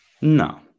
No